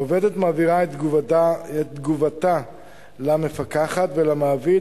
העובדת מעבירה את תגובתה למפקחת ולמעביד